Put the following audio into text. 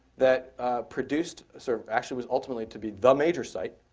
that produced, sort of actually was ultimately to be the major site.